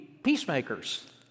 peacemakers